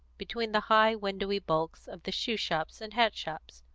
between the high, windowy bulks of the shoe shops and hat shops.